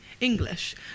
English